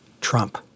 Trump